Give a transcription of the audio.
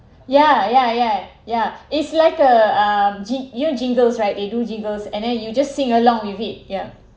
ya ya ya ya it's like a um jin~ you jingles right they do jingles and then you just sing along with it yeah